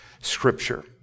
scripture